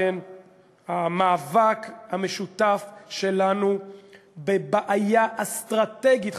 המאבק המשותף שלנו בבעיה אסטרטגית,